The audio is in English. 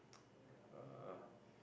uh